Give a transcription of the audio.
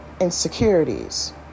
insecurities